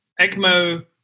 ECMO